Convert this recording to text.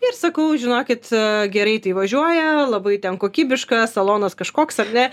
ir sakau žinokit gerai tai važiuoja labai ten kokybiškas salonas kažkoks ar ne